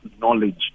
knowledge